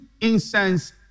incense